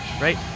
right